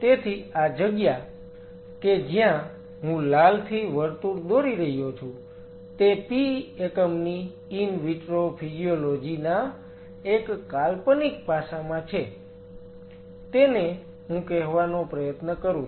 તેથી આ જગ્યા કે જ્યાં હું લાલથી વર્તુળ દોરી રહ્યો છું તે P એકમની ઈન વિટ્રો ફિજીયોલોજી ના એક કાલ્પનિક પાસામાં છે તેને હું કહેવાનો પ્રયત્ન કરું છું